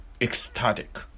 ecstatic